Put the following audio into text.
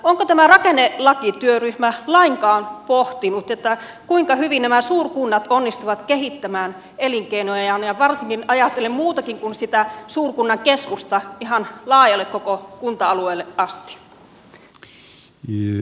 onko tämä rakennelakityöryhmä lainkaan pohtinut kuinka hyvin nämä suurkunnat onnistuvat kehittämään elinkeinojaan ja varsinkin ajattelen muutakin kuin sitä suurkunnan keskusta ihan laajasti koko kunta aluetta